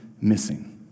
missing